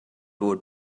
would